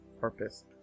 purpose